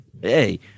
Hey